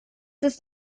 ist